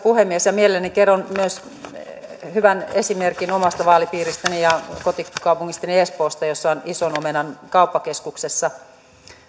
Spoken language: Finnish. puhemies mielelläni kerron myös hyvän esimerkin omasta vaalipiiristäni ja kotikaupungistani espoosta jossa on ison omenan kauppakeskuksessa